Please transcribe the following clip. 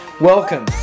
Welcome